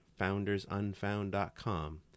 foundersunfound.com